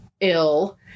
ill